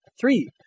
Three